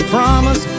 promise